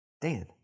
Dan